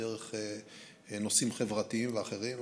דרך נושאים חברתיים ואחרים.